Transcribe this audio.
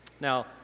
Now